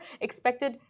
expected